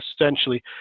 essentially